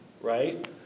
right